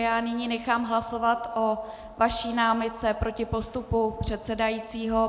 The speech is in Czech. Já nyní nechám hlasovat o vaší námitce proti postupu předsedajícího.